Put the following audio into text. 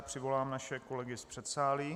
Přivolám naše kolegy z předsálí.